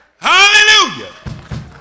Hallelujah